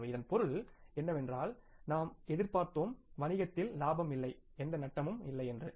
எனவே இதன் பொருள் என்னவென்றால் நாம் எதிர் பார்த்தோம் வணிகத்தில் லாபம் இல்லை எந்த நட்டமும் இல்லை என்று